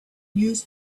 news